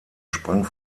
sprang